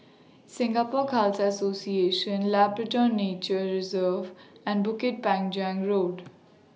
Singapore Khalsa Association Labrador Nature Reserve and Bukit Panjang Road